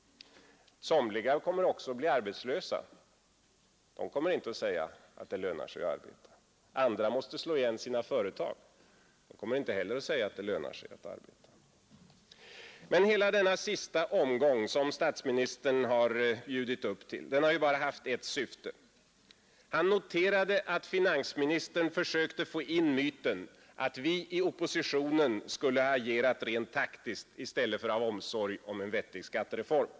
Somliga kommer också att bli arbetslösa. De kommer inte att säga att det lönar sig att arbeta. Andra måste slå igen sina företag. De kommer inte heller att säga att det lönar sig att arbeta. Hela denna sista omgång, som statsministern har bjudit upp till, har bara haft ett syfte. Han noterade att finansministern försökte lansera myten att vi i oppositionen skulle ha agerat rent taktiskt i stället för av omsorg om en vettig skattereform.